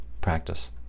practice